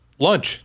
Lunch